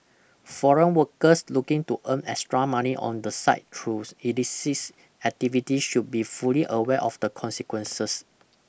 foreign workers looking to earn extra money on the side through illicist activities should be fully aware of the consequences